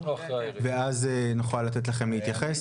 ואז נוכל לתת לכם להתייחס.